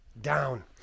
down